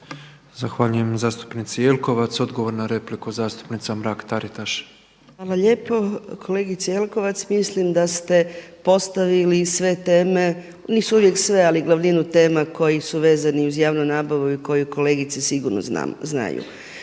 Zahvaljujem zastupnici Jelkovac. Odgovor na repliku zastupnica Mrak-Taritaš. **Mrak-Taritaš, Anka (HNS)** Hvala lijepo kolegice Jelkovac. Mislim da ste postavili sve teme, nisu uvijek sve, ali glavninu tema koje su vezane uz javnu nabavu i koje kolegice sigurno znaju.